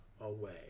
away